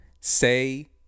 Say